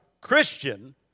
Christian